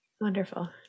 Wonderful